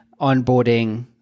onboarding